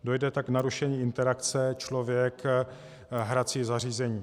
Dojde tak k narušení interakce člověk a hrací zařízení.